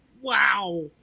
wow